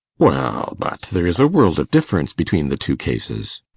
well, but there is a world of difference between the two cases